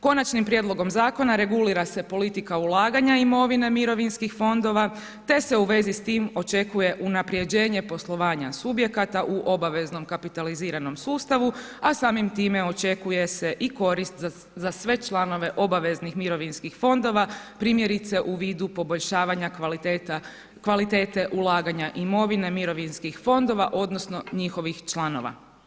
Konačnim prijedlogom Zakona regulira se politika ulaganja imovine mirovinskih fondova, te se u vezi s tim očekuje unapređenje poslovanja subjekata u obaveznom kapitaliziranom sustavu, a samim time očekuje se i korist za sve članove obaveznih mirovinskih fondova, primjerice u vidu poboljšavanja kvalitete ulaganja imovine mirovinskih fondova odnosno njihovih članova.